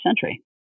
century